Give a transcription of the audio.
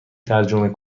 ترجمه